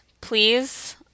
please